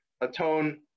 atone